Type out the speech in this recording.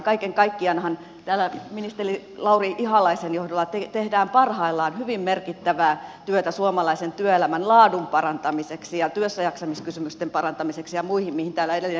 kaiken kaikkiaanhan täällä ministeri lauri ihalaisen johdolla tehdään parhaillaan hyvin merkittävää työtä suomalaisen työelämän laadun ja työssäjaksamiskysymysten parantamiseksi ja muiden asioiden parantamiseksi mihin täällä edellinen puhuja viittasi